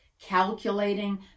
calculating